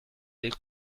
del